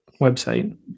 website